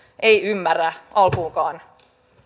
ei ymmärrä alkuunkaan